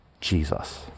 Jesus